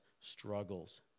struggles